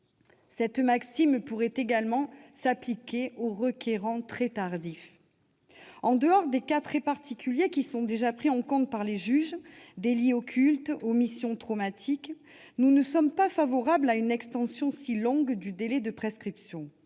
Cette maxime pourrait également s'appliquer au requérant très tardif. En dehors des cas très particuliers que les juges prennent déjà en compte, à savoir les délits occultes et les omissions traumatiques, nous ne sommes pas favorables à une extension si longue du délai de prescription.